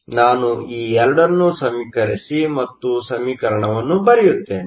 ಆದ್ದರಿಂದ ನಾನು ಈ 2 ಅನ್ನು ಸಮೀಕರಿಸಿ ಮತ್ತು ಸಮೀಕರಣವನ್ನು ಬರೆಯುತ್ತೇನೆ